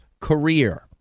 career